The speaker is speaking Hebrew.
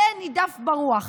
עלה נידף ברוח,